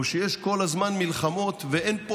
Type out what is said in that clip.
או שיש כל הזמן מלחמות ואין פה